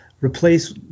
replace